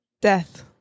death